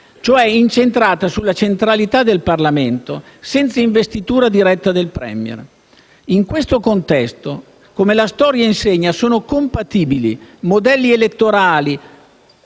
cioè incentrata sulla centralità del Parlamento senza investitura diretta del *Premier*. In questo contesto, come la storia insegna, sono compatibili modelli elettorali